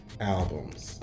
albums